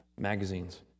magazines